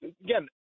Again